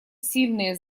сильные